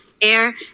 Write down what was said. air